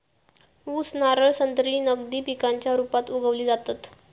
ऊस, नारळ, संत्री नगदी पिकांच्या रुपात उगवली जातत